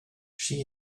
she